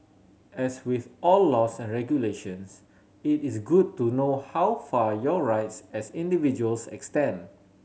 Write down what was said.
as with all laws and regulations it is good to know how far your rights as individuals extend